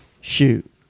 Shoot